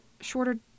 shorter